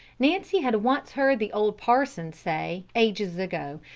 nancy had once heard the old parson say, ages ago,